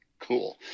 cool